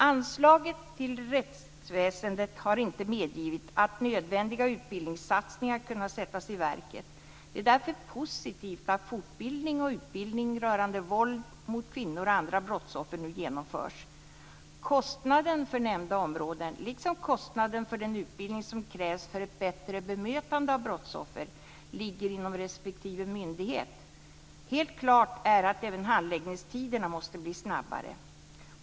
Anslagen till rättsväsendet har inte medgivit att nödvändiga utbildningssatsningar kunnat sättas i verket. Det är därför positivt att fortbildning och utbildning rörande våld mot kvinnor och andra brottsoffer nu genomförs. Kostnaden för nämnda områden, liksom kostnaden för den utbildning som krävs för ett bättre bemötande av brottsoffer, ligger inom respektive myndighet. Helt klart är att även handläggningen måste gå snabbare.